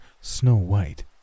snow-white